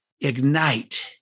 ignite